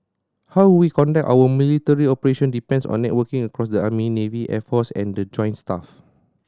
how we conduct our military operation depends on networking across the army navy air force and the joint staff